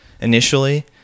initially